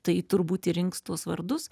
tai turbūt ir rinks tuos vardus